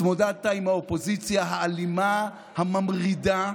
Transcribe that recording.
התמודדת עם האופוזיציה האלימה, הממרידה,